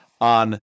on